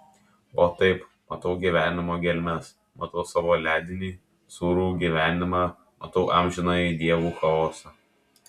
o taip matau gyvenimo gelmes matau savo ledinį sūrų gyvenimą matau amžinąjį dievų chaosą